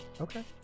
Okay